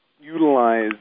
utilize